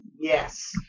Yes